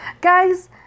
guys